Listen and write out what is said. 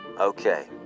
okay